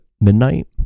midnight